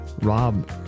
Rob